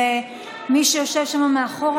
ומי שיושב שם מאחור,